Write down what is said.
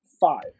Five